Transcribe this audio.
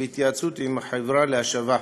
בהתייעצות עם החברה להשבה.